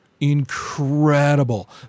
incredible